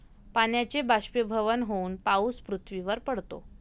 पाण्याचे बाष्पीभवन होऊन पाऊस पृथ्वीवर पडतो